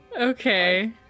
Okay